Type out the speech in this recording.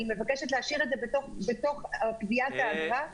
אני מבקשת להשאיר את זה בתוך קביעת האגרה,